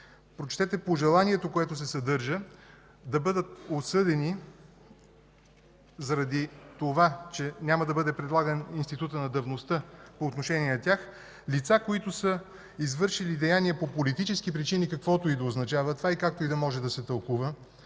Прочетете пожеланието, което се съдържа – да бъдат осъдени заради това, че няма да бъде прилаган институтът на давността по отношение на тези лица, които са извършили деяния по политически причини, каквото и да означава това, и както и да може да се тълкува,